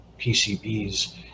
PCBs